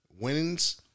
wins